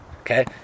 okay